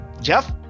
Jeff